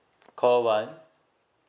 call one